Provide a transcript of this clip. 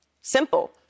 simple